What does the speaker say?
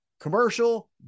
commercial